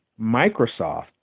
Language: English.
Microsoft